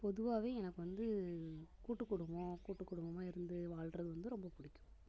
பொதுவாகவே எனக்கு வந்து கூட்டுக்குடும்பம் கூட்டுக்குடும்பமாக இருந்து வாழ்வது வந்து ரொம்ப பிடிக்கும்